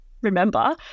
remember